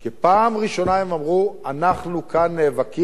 פעם ראשונה הם אמרו: אנחנו כאן נאבקים,